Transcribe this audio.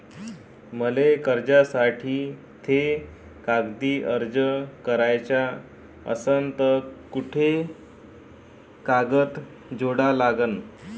मले कर्जासाठी थे कागदी अर्ज कराचा असन तर कुंते कागद जोडा लागन?